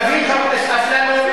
חבר הכנסת אפללו,